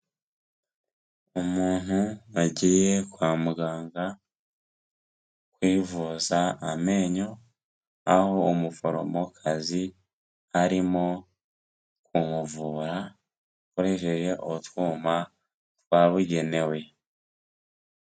Umuntu wagiye kwa muganga, kwivuza amenyo, aho umuforomokazi arimo kumuvura akoresheje utwuma twabugenewe.